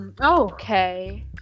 okay